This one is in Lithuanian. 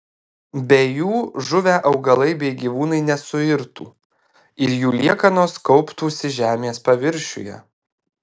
be jų žuvę augalai bei gyvūnai nesuirtų ir jų liekanos kauptųsi žemės paviršiuje